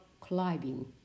Climbing